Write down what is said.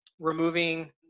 Removing